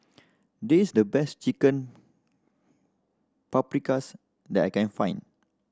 this the best Chicken Paprikas that I can find